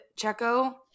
Checo